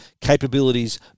capabilities